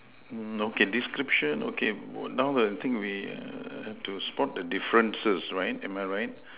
okay description okay what now I think we err have to spot the differences right am I right